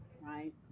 Right